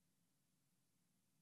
בבקשה.